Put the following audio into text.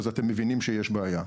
אז אתם מבינים שיש בעיה.